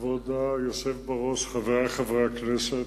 כבוד היושב בראש, חברי חברי הכנסת,